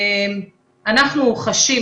אנחנו חשים,